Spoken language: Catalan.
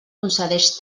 concedeix